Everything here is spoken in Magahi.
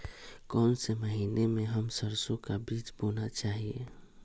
कौन से महीने में हम सरसो का बीज बोना चाहिए?